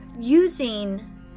Using